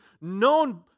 known